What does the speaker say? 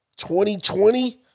2020